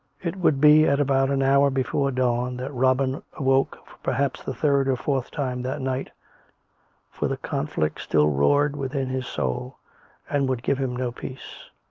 it would be at about an hour before dawn that robin awoke for perhaps the third or fourth time that night for the conflict still roared within his soul and would give him no peace.